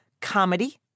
comedy